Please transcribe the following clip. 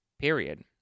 period